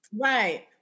Right